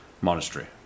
monastery